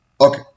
Okay